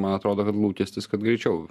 man atrodo kad lūkestis kad greičiau